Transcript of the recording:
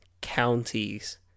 counties